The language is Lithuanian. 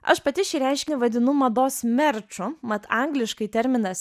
aš pati šį reiškinį vadinu mados merču mat angliškai terminas